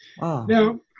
Now